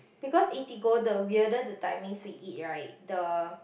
because Eatigo the weirder the timings we eat right the